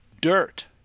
Dirt